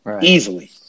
easily